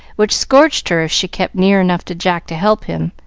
which scorched her if she kept near enough to jack to help him,